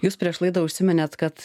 jūs prieš laidą užsiminėt kad